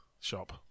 shop